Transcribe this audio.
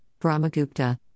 Brahmagupta